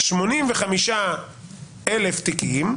ב-85,000 תיקים,